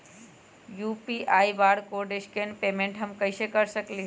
UPI barcode scan payment हम कईसे कर सकली ह?